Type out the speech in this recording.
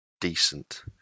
decent